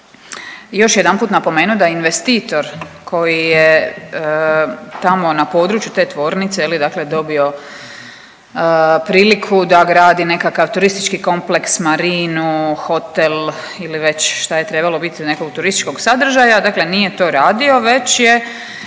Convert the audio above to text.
još jedanput napomenuti da investitor koji je tamo na području te tvornice, je li, dakle dobio priliku da gradi nekakav turistički kompleks, marinu, hotel ili već šta je trebalo biti od nekog turističkog sadržaja, dakle nije to radio već je